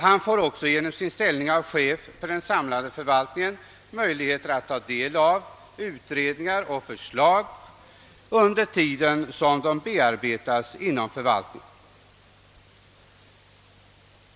Han får också genom sin ställning som chef för den samlade förvaltningen möjlighet att ta del av utredningar och förslag under den tid då de bearbetas inom förvaltningen.